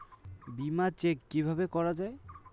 বিমা চেক কিভাবে করা হয়?